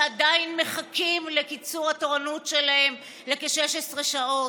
שעדיין מחכים לקיצור התורנות שלהם לכ-16 שעות.